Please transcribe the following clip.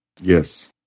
Yes